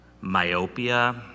myopia